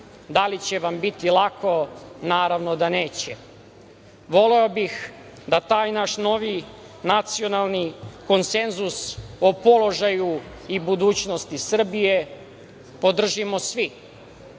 Da li će vam biti lako? Naravno da neće. Voleo bih da taj naš novi nacionalni konsenzus o položaju i budućnosti Srbije podržimo svi